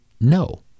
no